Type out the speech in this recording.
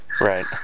right